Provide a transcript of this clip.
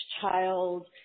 child